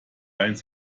eines